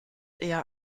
eher